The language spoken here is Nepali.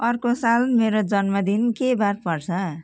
अर्को साल मेरो जन्मदिन के वार पर्छ